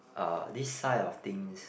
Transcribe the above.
uh this side of things